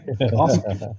awesome